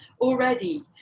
already